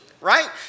Right